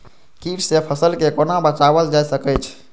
कीट से फसल के कोना बचावल जाय सकैछ?